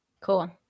Cool